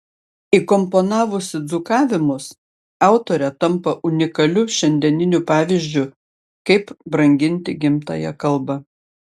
įkomponavusi dzūkavimus autorė tampa unikaliu šiandieniniu pavyzdžiu kaip branginti gimtąją kalbą